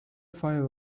fire